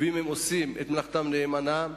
ואם הם עושים את מלאכתם נאמנה,